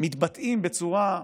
מתבטאים בצורה,